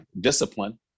discipline